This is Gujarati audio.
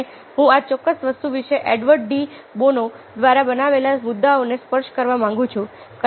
અને હું આ ચોક્કસ વસ્તુ વિશે એડવર્ડ ડી બોનો દ્વારા બનાવેલા મુદ્દાઓને સ્પર્શ કરવા માંગુ છું